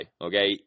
okay